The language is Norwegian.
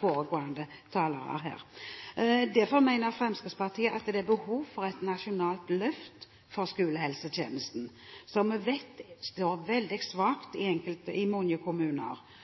foregående talere var inne på. Derfor mener Fremskrittspartiet at det er behov for et nasjonalt løft for skolehelsetjenesten, som vi vet står veldig